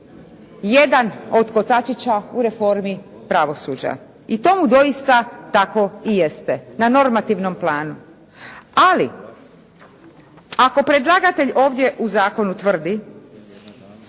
jedan od kotačića u reformi pravosuđa i tomu doista tako i jeste na normativnom planu. Ali ako predlagatelj ovdje u zakonu tvrdi